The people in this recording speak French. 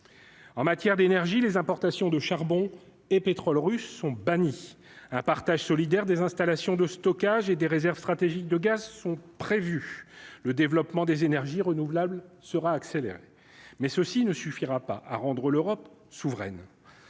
En matière d'énergie, les importations de charbon et pétrole russes sont bannis, un partage solidaire des installations de stockage et des réserves stratégiques de gaz sont prévues, le développement des énergies renouvelables sera accéléré, mais ceci ne suffira pas à rendre l'Europe souveraine,